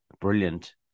brilliant